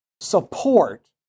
support